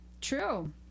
True